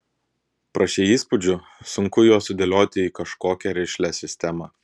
prašei įspūdžių sunku juos sudėlioti į kažkokią rišlią sistemą